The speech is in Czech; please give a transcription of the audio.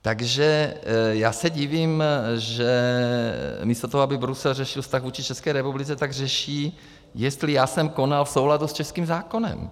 Takže já se divím, že místo toho, aby Brusel řešil vztah vůči České republice, tak řeší, jestli já jsem konal v souladu s českým zákonem.